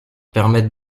permettent